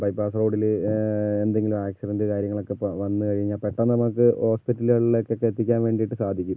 bypass റോഡില് എന്തെങ്കിലും accident കാര്യങ്ങളൊക്കെ ഇപ്പം വന്ന് കഴിഞ്ഞാൽ പെട്ടെന്ന് നമുക്ക് ഹോസ്പിറ്റലുകളില് ഒക്കെ എത്തിക്കാൻ വേണ്ടി സാധിക്കും